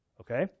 okay